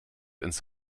ins